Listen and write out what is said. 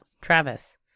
Travis